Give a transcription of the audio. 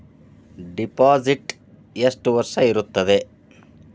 Deposit ಎಷ್ಟು ವರ್ಷ ಇರುತ್ತದೆ?